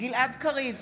גלעד קריב,